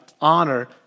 honor